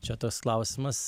čia toks klausimas